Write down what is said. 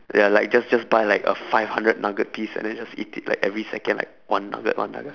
ya like just just buy like a five hundred nugget piece and then just eat it like every second like one nugget one nugget